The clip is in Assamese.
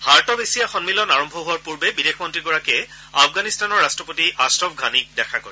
হাৰ্ট অব এছিয়া সন্মিলন আৰম্ভ হোৱাৰ পূৰ্বে বিদেশ মন্ত্ৰীগৰাকীয়ে আফগানিস্তানৰ ৰাষ্টপতি আশ্ৰফ ঘানিক দেখা কৰে